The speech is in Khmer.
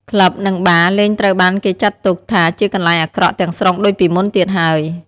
ក្លឹប និងបារ លែងត្រូវបានគេចាត់ទុកថាជាកន្លែងអាក្រក់ទាំងស្រុងដូចពីមុនទៀតហើយ ។